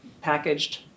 packaged